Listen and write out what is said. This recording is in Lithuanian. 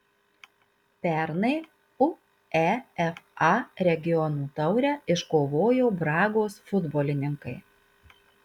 pernai uefa regionų taurę iškovojo bragos futbolininkai